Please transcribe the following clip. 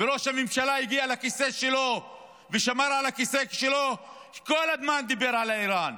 וראש הממשלה הגיע לכיסא שלו ושמר על הכיסא שלו כל הזמן דיבר על איראן.